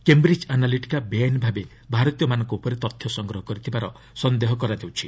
Cambridge Analytica ବେଆଇନଭାବେ ଭାରତୀୟମାନଙ୍କ ଉପରେ ତଥ୍ୟ ସଂଗ୍ରହ କରିଥିବାର ସନ୍ଦେହ କରାଯାଉଛି